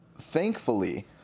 thankfully